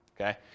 okay